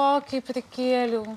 o kai prikėliau